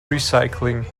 recycling